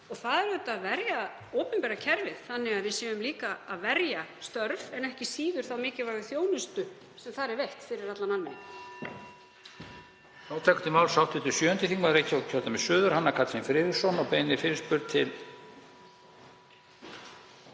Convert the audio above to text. Og auðvitað að verja opinbera kerfið þannig að við séum líka að verja störf, en ekki síður þá mikilvægu þjónustu sem þar er veitt fyrir allan almenning.